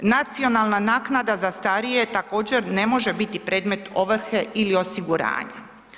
Nacionalna naknada za starije također ne može biti predmet ovrhe ili osiguranja.